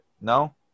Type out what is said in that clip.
No